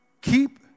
Keep